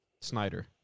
Snyder